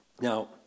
Now